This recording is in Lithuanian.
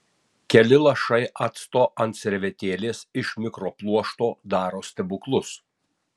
keli lašai acto ant servetėlės iš mikropluošto daro stebuklus